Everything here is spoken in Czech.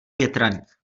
větraných